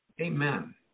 Amen